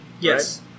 Yes